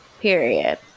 period